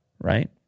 Right